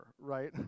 right